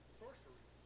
sorcery